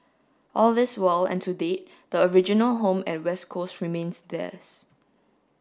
all this while and to date the original home at West Coast remains theirs